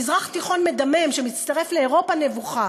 מזרח תיכון מדמם שמצטרף לאירופה נבוכה